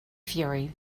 fury